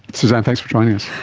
suzanne, thanks for joining us.